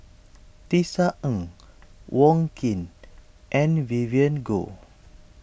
Tisa Ng Wong Keen and Vivien Goh